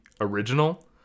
Original